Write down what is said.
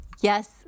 Yes